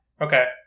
Okay